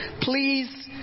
Please